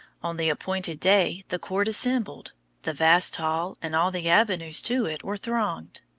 on the appointed day the court assembled the vast hall and all the avenues to it were thronged.